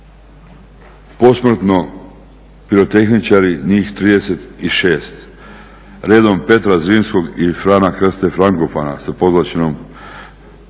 posmrtno pirotehničari, njih 36, redom Petra Zrinskog i Frana Krste Frankopana sa pozlaćenim